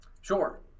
Sure